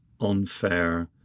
unfair